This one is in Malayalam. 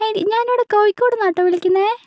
ഞാനിവിടെ കോഴിക്കോടിൽ നിന്നാട്ടോ വിളിക്കുന്നത്